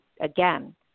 again